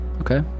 Okay